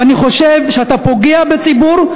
אני חושב שאתה פוגע בציבור,